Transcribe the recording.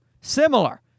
similar